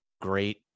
great